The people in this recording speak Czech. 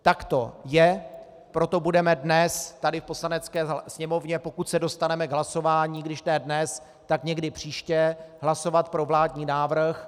Tak to je, proto budeme dnes tady v Poslanecké sněmovně, pokud se dostaneme k hlasování, když ne dnes, tak někdy příště, hlasovat pro vládní návrh.